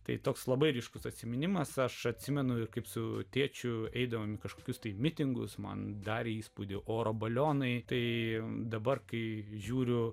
tai toks labai ryškus atsiminimas aš atsimenu kaip su tėčiu eidavome į kažkokius tai mitingus man darė įspūdį oro balionai tai dabar kai žiūriu